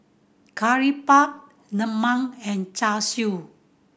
Curry Puff lemang and Char Siu